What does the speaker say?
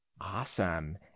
Awesome